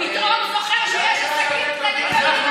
פתאום זוכר שיש עסקים קטנים במדינת ישראל.